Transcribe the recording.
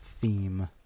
theme